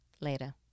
Later